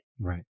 Right